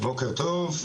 בוקר טוב.